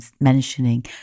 mentioning